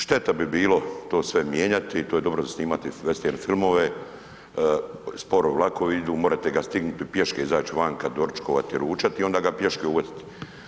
Šteta bi bilo to sve mijenjati, to je dobro za snimati vestern filmove, sporo vlakovi idu, možete ga stignuti, pješke izaći vanka, doručkovati, ručati, onda ga pješke uhvatiti.